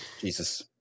jesus